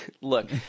look